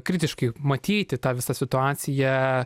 kritiškai matyti tą visą situaciją